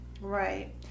Right